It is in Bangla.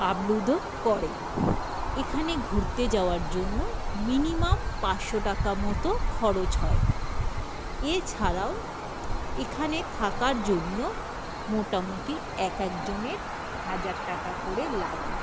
আপ্লুত করে এখানে ঘুরতে যাওয়ার জন্য মিনিমাম পাঁচশো টাকা মতো খরচ হয় এছাড়াও এখানে থাকার জন্য মোটামোটি একেকজনের হাজার টাকা করে লাগে